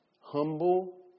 humble